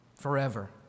forever